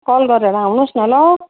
call गरेर आउनुहोस् न ल